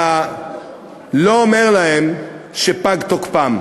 אתה לא אומר להם שפג תוקפם,